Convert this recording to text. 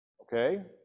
Okay